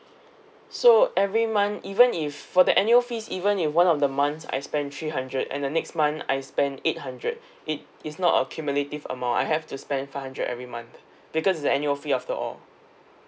so every month even if for the annual fees even if one of the months I spent three hundred and the next month I spent eight hundred it it's not accumulative amount I have to spend five hundred every month because the annual fee after all